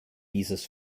dieses